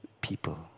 people